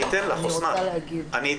דבריך.